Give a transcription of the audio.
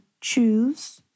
choose